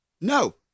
no